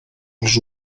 els